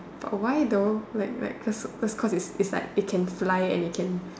but why though like like cause cause cause it can fly and it can